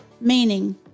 meaning